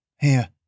Here